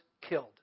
killed